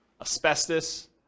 asbestos